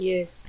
Yes